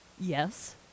yes